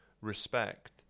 respect